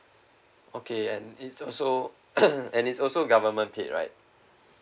okay and is also and is also government paid right